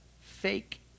fake